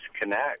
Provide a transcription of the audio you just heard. connect